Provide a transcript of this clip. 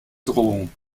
drohung